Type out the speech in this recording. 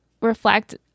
reflect